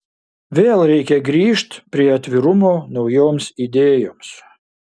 vėl reikia grįžt prie atvirumo naujoms idėjoms